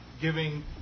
giving